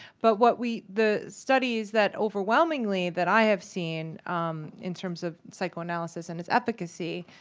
but what we the studies that overwhelmingly that i have seen in terms of psychoanalysis and its efficacy